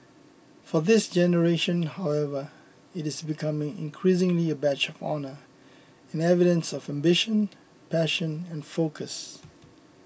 for this generation however it is becoming increasingly a badge of honour and evidence of ambition passion and focus